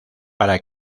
para